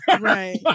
Right